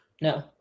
no